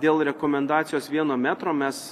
dėl rekomendacijos vieno metro mes